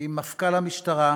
עם מפכ"ל המשטרה,